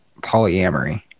polyamory